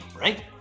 right